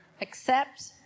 Accept